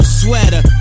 sweater